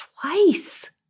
twice